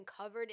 covered